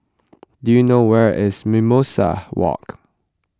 do you know where is Mimosa Walk